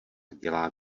dělá